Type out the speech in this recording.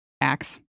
axe